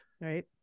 right